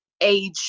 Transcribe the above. age